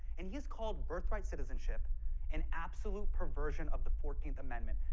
and he's called birthright citizenship an absolute perversion of the fourteenth amendment.